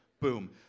Boom